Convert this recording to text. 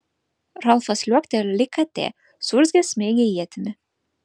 ralfas liuoktelėjo lyg katė suurzgęs smeigė ietimi